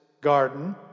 garden